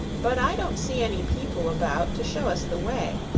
but i don't see any people about, to show us the way,